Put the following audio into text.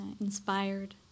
inspired